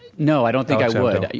no, i don't think i would.